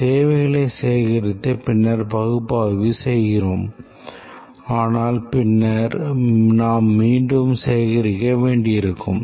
நாம் தேவைகளைச் சேகரித்து பின்னர் பகுப்பாய்வு செய்கிறோம் ஆனால் பின்னர் நாம்மீண்டும் சேகரிக்க வேண்டியிருக்கும்